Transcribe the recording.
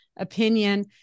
opinion